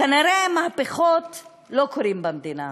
כנראה מהפכות לא קורות במדינה הזו,